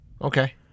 Okay